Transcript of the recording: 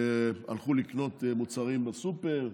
הלכו לקנות מוצרים בסופר,